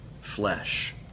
flesh